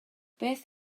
beth